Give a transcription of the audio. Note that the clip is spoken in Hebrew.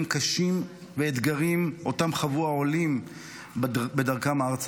קשים ואתגריים שחוו העולים בדרכם ארצה,